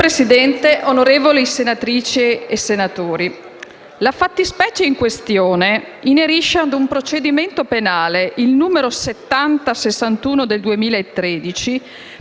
Signor Presidente, onorevoli senatrici e senatori, la fattispecie in questione inerisce al procedimento penale n. 7061 del 2013